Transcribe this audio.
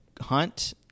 Hunt